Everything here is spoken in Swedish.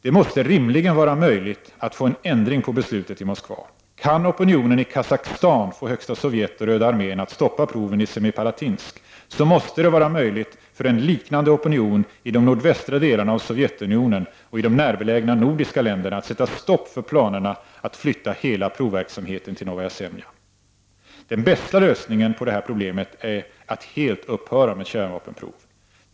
Det måste rimligen vara möjligt att få en ändring på beslutet i Moskva. Kan opinionen i Kazachstan få Högsta Sovjet och Röda armén att stoppa proven i Semipalatinsk, måste det vara möjligt för en liknande opinion i de nordvästra delarna av Sovjetunionen och i de närbelägna nordiska länderna att sätta stopp för planerna att flytta hela provverksamheten till Novaja Semlja. Den bästa lösningen på det här problemet är att helt upphöra med kärnvapenprov.